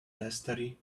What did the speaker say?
estuary